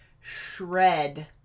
shred